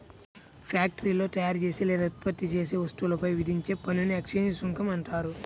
ఫ్యాక్టరీలో తయారుచేసే లేదా ఉత్పత్తి చేసే వస్తువులపై విధించే పన్నుని ఎక్సైజ్ సుంకం అంటారు